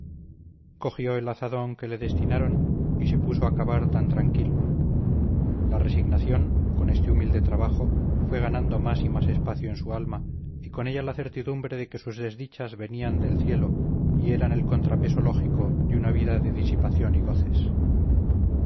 cogió el azadón que le destinaron y se puso a cavar tan tranquilo la resignación con este humilde trabajo fue ganando más y más espacio en su alma y con ella la certidumbre de que sus desdichas venían del cielo y eran el contrapeso lógico de una vida de disipación y goces